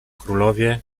królowie